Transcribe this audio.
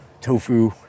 Tofu